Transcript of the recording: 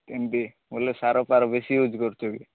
କେମିତି ବୋଲେ ସାର ଫାର ବେଶୀ ଇଉଜ୍ କରୁଛ କି